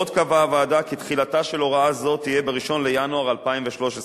עוד קבעה הוועדה כי תחילתה של הוראה זו תהיה ב-1 בינואר 2013,